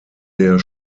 der